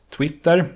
Twitter